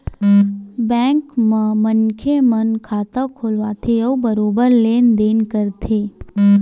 bank म मनखे मन खाता खोलवाथे अउ बरोबर लेन देन करथे